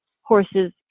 Horses